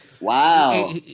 Wow